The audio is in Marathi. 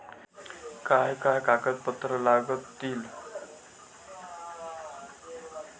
काय काय कागदपत्रा लागतील?